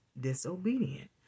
disobedient